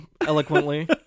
eloquently